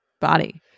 body